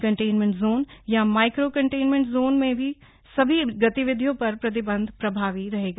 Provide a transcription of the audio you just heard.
containment zone या micro containment zone में सभी गतिविधियों पर प्रतिबन्ध प्रभावी रहेगा